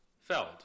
Feld